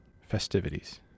festivities